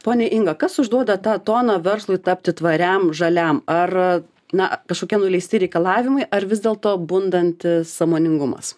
ponia inga kas užduoda tą toną verslui tapti tvariam žaliam ar na kažkokie nuleisti reikalavimai ar vis dėlto bundantis sąmoningumas